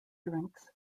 drinks